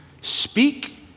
speak